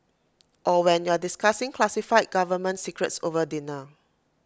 or when you're discussing classified government secrets over dinner